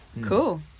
Cool